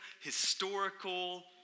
historical